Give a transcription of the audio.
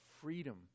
freedom